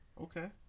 Okay